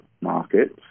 markets